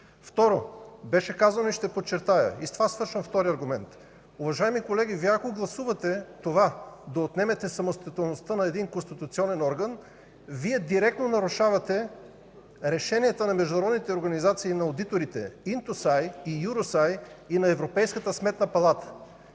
Второ, беше казано и ще подчертая, и с това свършвам втория аргумент – уважаеми колеги, ако Вие гласувате да отнемете самостоятелността на един конституционен орган, директно нарушавате решенията на международните организации на одиторите „Интосай” и „Евросай” и на Европейската сметна палата.